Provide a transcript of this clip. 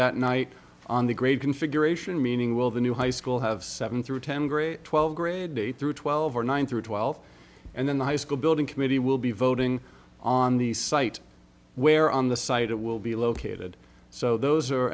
that night on the grade configuration meaning will the new high school have seven through ten grade twelve grade eight through twelve or nine through twelve and then the high school building committee will be voting on the site where on the site it will be located so those are